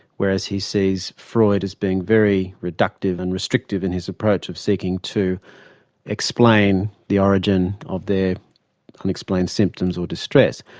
whereas he sees freud as being very reductive and restrictive in his approach of seeking to explain the origin of their unexplained symptoms or distress.